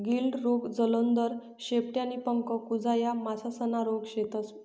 गिल्ड रोग, जलोदर, शेपटी आणि पंख कुजा या मासासना रोग शेतस